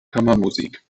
kammermusik